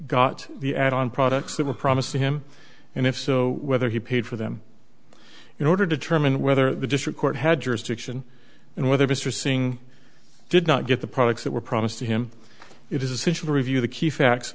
got the ad on products that were promised to him and if so whether he paid for them in order to determine whether the district court had jurisdiction and whether mr singh did not get the products that were promised to him it is essential to review the key facts